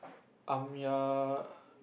I'm your